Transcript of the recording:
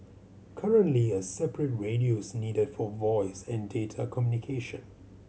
currently a separate radio's needed for voice and data communication